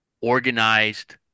organized